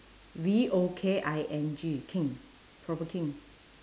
V O K I N G king provoking